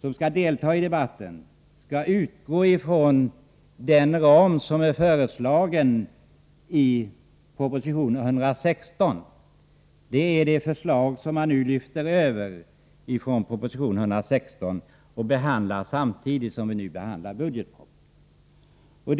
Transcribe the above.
som skall delta i debatten bör utgå från den ram som är föreslagen i proposition 116. Det är ju detta förslag som man har lyft över från proposition 116 och som vi nu behandlar samtidigt med budgetpropositionen.